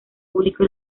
público